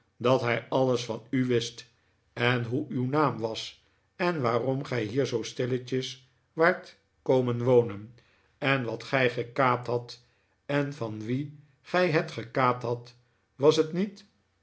dat hij alles van u wist en hoe uw naam was en waarom gij hier zoo stilletjes waart komen wonen en wa t gij gekaapt hadt en van wien gij het gekaapt hadt was het niet